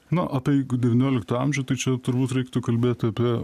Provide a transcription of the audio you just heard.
nu apie jeigu devynioliktą amžių tai čia turbūt reiktų kalbėt apie